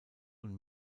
und